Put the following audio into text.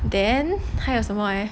then 还有什么 eh